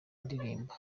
ndirimba